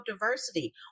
diversity